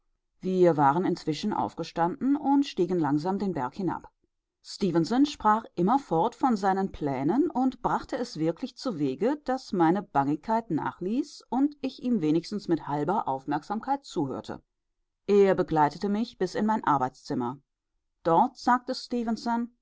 wir waren inzwischen aufgestanden und stiegen langsam den berg hinab stefenson sprach immerfort von seinen plänen und brachte es wirklich zuwege daß meine bangigkeit nachließ und ich ihm wenigstens mit halber aufmerksamkeit zuhörte er begleitete mich bis in mein arbeitszimmer dort sagte